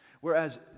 whereas